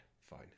fine